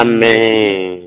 Amen